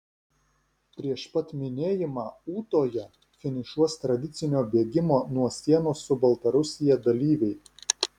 prieš pat minėjimą ūtoje finišuos tradicinio bėgimo nuo sienos su baltarusija dalyviai